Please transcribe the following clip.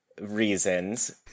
reasons